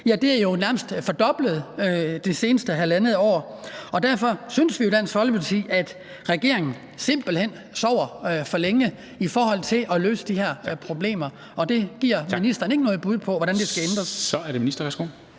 Bording, er jo nærmest fordoblet det seneste halvandet år, og derfor synes vi jo i Dansk Folkeparti, at regeringen simpelt hen sover for længe i forhold til at løse de her problemer. Og det giver ministeren ikke noget bud på hvordan skal ændres. Kl. 14:13